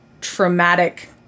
traumatic